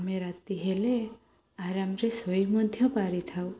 ଆମେ ରାତି ହେଲେ ଆରାମରେ ଶୋଇ ମଧ୍ୟ ପାରିଥାଉ